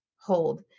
hold